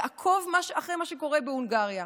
תעקוב אחרי מה שקורה בהונגריה,